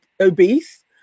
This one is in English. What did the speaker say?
obese